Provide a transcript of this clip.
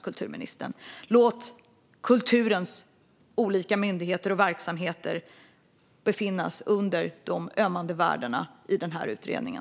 Låt kulturens olika myndigheter och verksamheter räknas in under de ömmande värdena i den här utredningen!